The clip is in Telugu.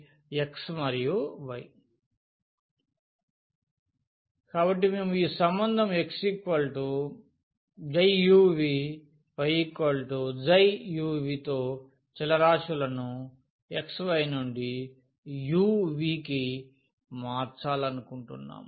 కాబట్టి మేము ఈ సంబంధం x u v y ψ u v తో చలరాశులను x y నుండి uv కి మార్చాలనుకుంటున్నాను